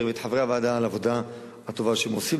ואת חברי הוועדה על העבודה הטובה שהם עושים.